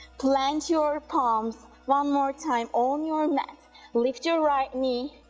plant your palms one more time on your mat lift your right knee,